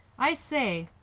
i say,